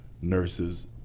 nurses